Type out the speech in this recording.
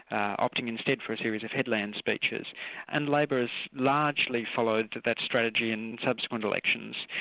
opting instead for a series of headland speeches and labor has largely followed that strategy in subsequent elections,